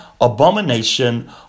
abomination